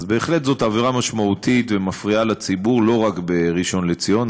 אז זאת בהחלט עבירה משמעותית ומפריעה לציבור לא רק בראשון-לציון,